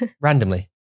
Randomly